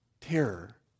terror